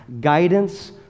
guidance